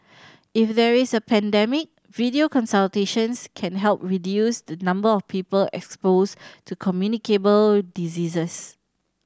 if there is a pandemic video consultations can help reduce the number of people exposed to communicable diseases